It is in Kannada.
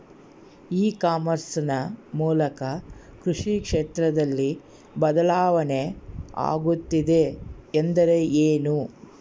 ಇ ಕಾಮರ್ಸ್ ನ ಮೂಲಕ ಕೃಷಿ ಕ್ಷೇತ್ರದಲ್ಲಿ ಬದಲಾವಣೆ ಆಗುತ್ತಿದೆ ಎಂದರೆ ಏನು?